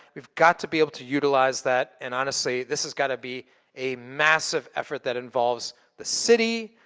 we've got to be able to utilize that, and honestly, this has gotta be a massive effort that involves the city,